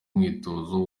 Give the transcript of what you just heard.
umwitozo